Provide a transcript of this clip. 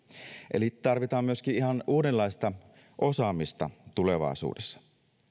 eli tarvitaan myöskin ihan uudenlaista osaamista tulevaisuudessa